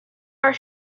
are